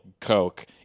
coke